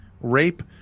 rape